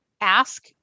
ask